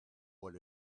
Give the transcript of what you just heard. what